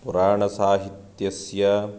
पुराणसाहित्यस्य